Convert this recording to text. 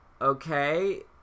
okay